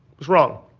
was wrong.